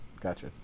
Gotcha